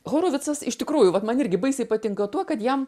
horovicas iš tikrųjų vat man irgi baisiai patinka tuo kad jam